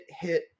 hit